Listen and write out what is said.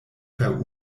per